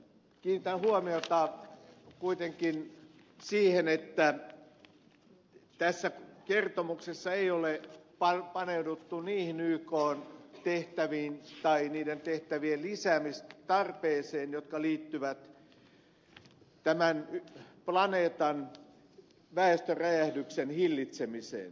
kiinnitän huomiota kuitenkin siihen että tässä kertomuksessa ei ole paneuduttu niihin ykn tehtäviin tai niiden tehtävien lisäämistarpeeseen jotka liittyvät tämän planeetan väestöräjähdyksen hillitsemiseen